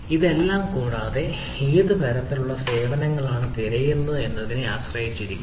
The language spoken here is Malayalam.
ഇതെല്ലാം കൂടാതെ ഏത് തരത്തിലുള്ള സേവനങ്ങളാണ് തിരയുന്നത് എന്നതിനെ ആശ്രയിച്ചിരിക്കും